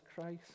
Christ